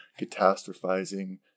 catastrophizing